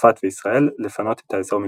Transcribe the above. צרפת וישראל לפנות את האזור מכוחותיהן.